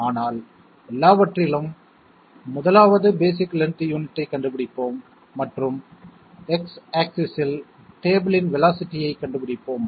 ஆனால் எல்லாவற்றிலும் 1வது பேஸிக் லென்த் யூனிட் ஐக் கண்டுபிடிப்போம் மற்றும் X ஆக்ஸிஸ் இல் டேபிள் இன் வேலோஸிட்டி ஐக் கண்டுபிடிப்போம்